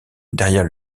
derrière